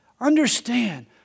Understand